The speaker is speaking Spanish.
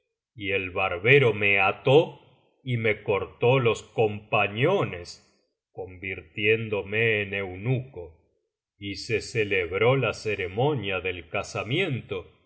y el barbero me ató y me cortó los compañones con virtiéndome en eunuco y se celebró la ceremonia del casamiento